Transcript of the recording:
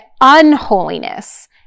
unholiness